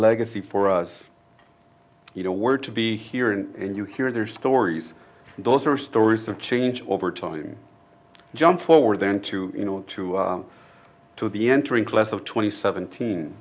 legacy for us you know where to be here and you hear their stories those are stories of change over time jump forward then to you know to to the entering class of twenty seventeen